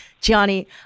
Johnny